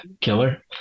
killer